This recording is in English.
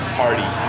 party